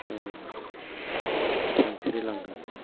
सानस्रिलांगोन